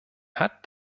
hat